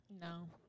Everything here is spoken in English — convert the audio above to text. No